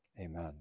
Amen